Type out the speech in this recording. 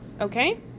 Okay